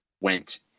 went